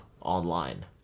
online